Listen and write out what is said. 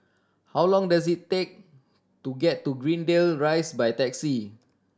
how long does it take to get to Greendale Rise by taxi